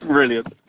Brilliant